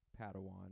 Padawan